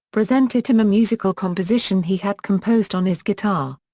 presented him a musical composition he had composed on his guitar.